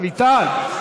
רויטל?